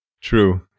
True